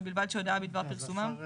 ובלבד שהודעה בדבר פרסומם תפורסם